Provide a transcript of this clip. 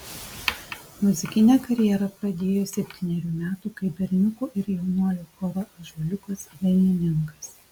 muzikinę karjerą pradėjo septynerių metų kaip berniukų ir jaunuolių choro ąžuoliukas dainininkas